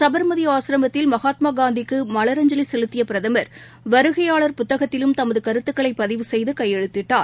சபர்மதி ஆசிரமத்தில் மகாத்மா காந்திக்கு மலரஞ்சலி செலுத்திய பிரதமா் வருகையாளா் புத்தகத்திலும் தமது கருத்துக்களை பதிவு செய்து கையெழுத்திட்டார்